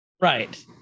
Right